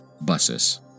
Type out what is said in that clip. buses